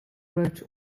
wrote